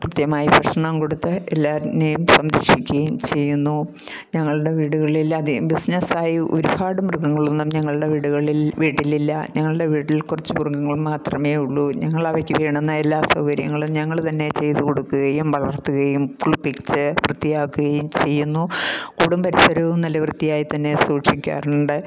കൃത്യമായി ഭക്ഷണം കൊടുത്ത് എല്ലാത്തിനേയും സംരക്ഷിക്കുകയും ചെയ്യുന്നു ഞങ്ങളുടെ വീടുകളിൽ അധികവും ബിസിനസ്സായി ഒരുപാട് മൃഗങ്ങളൊന്നും ഞങ്ങളുടെ വീടുകളിൽ വീട്ടിൽ ഇല്ല ഞങ്ങളുടെ വീട്ടിൽ കുറച്ചു മൃഗങ്ങൾ മാത്രമേ ഉള്ളൂ ഞങ്ങളവയ്ക്കു വേണ്ടുന്ന എല്ലാ സൗകര്യങ്ങളും ഞങ്ങൾ തന്നെ ചെയ്തു കൊടുക്കുകയും വളർത്തുകയും കുളിപ്പിച്ച് വൃത്തിയാക്കുകയും ചെയ്യുന്നു കൂടും പരിസരവും നല്ല വൃത്തിയായി തന്നെ സൂക്ഷിക്കാറുണ്ട്